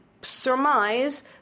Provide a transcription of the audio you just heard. surmise